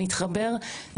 נתחבר,